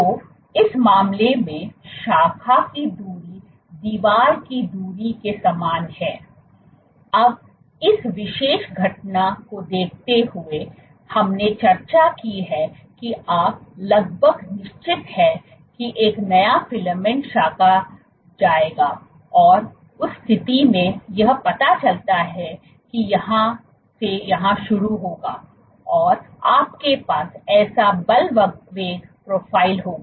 तो इस मामले में शाखा की दूरी दीवार की दूरी के समान है अब इस विशेष घटना को देखते हुए हमने चर्चा की है कि आप लगभग निश्चित हैं कि एक नया फिलामेंट शाखा जाएगा उस स्थिति में यह पता चलता है कि यह यहाँ से शुरू होगा और आपके पास ऐसा बल वेग प्रोफ़ाइल होगा